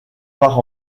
part